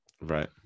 Right